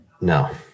No